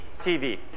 TV